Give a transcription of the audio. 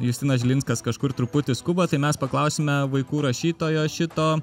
justinas žilinskas kažkur truputį skuba tai mes paklausime vaikų rašytojo šito